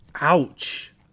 Ouch